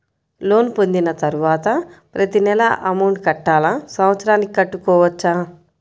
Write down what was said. Loan పొందిన తరువాత ప్రతి నెల అమౌంట్ కట్టాలా? సంవత్సరానికి కట్టుకోవచ్చా?